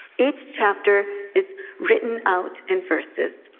each chapter is written out in verses,